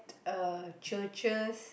uh churches